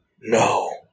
No